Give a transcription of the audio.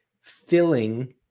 filling